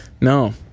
no